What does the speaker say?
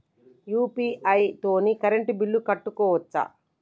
UPI తోని current bill కట్టుకోవచ్ఛా?